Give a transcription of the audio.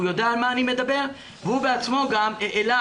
הוא יודע על מה אני מדבר והוא בעצמו גם העלה